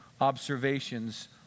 observations